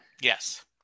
Yes